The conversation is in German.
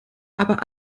aber